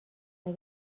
اگه